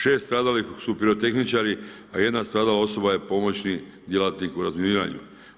6 stradalih su pirotehničari a jedna stradala osoba je pomoćni djelatnik u razminiranju.